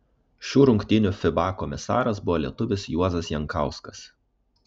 šių rungtynių fiba komisaras buvo lietuvis juozas jankauskas